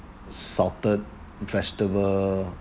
salted vegetable